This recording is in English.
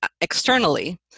externally